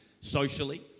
socially